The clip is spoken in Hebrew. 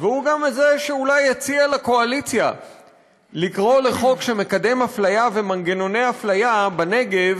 והוא שאולי הציע לקואליציה לקרוא לחוק שמקדם אפליה ומנגנוני אפליה בנגב,